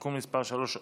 (תיקון מס' 3),